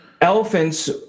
elephants